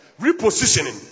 repositioning